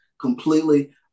completely